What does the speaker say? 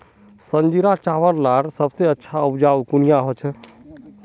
संजीरा चावल लार सबसे अच्छा उपजाऊ कुनियाँ होचए?